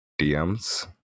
DMs